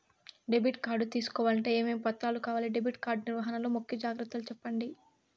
Debit card తీసుకోవాలంటే ఏమేమి పత్రాలు కావాలి? డెబిట్ కార్డు నిర్వహణ లో ముఖ్య జాగ్రత్తలు సెప్పండి?